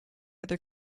other